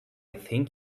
think